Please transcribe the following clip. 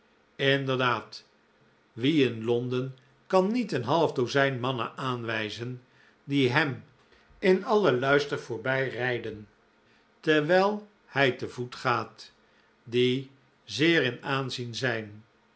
inderdaad wie in londen kan niet een half dozijn mannen aanwijzen die hem in alien luister voorbijrijden terwijl hij te voet gaat die zeer in aanzien zijn